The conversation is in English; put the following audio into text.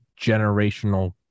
generational